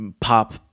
pop